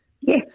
Yes